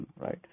right